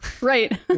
right